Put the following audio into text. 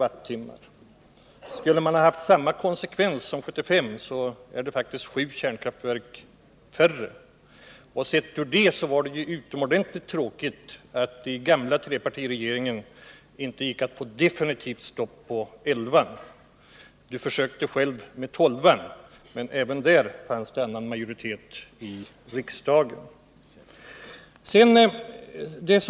Med samma konsekvens vid energiberäkningen som år 1975 skulle det ha betytt sju kärnkraftverk färre. Ur den synpunkten sett var det utomordentligt tråkigt att det i den gamla trepartiregeringen inte gick att få ett definitivt stopp på elvan. Carl Tham försökte själv att stoppa utbyggnaden av tolvan, men även där fanns det en majoritet av s och m i riksdagen för en annan uppfattning.